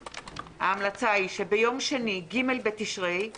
ההמלצה היא שביום שני ג' בתשרי התשפ"א,